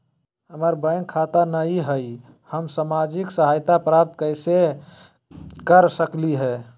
हमार बैंक खाता नई हई, हम सामाजिक सहायता प्राप्त कैसे के सकली हई?